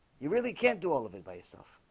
you really can't do all of it by yourself.